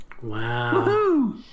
wow